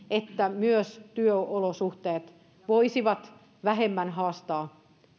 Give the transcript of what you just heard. että myös työolosuhteet voisivat haastaa